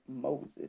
moses